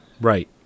Right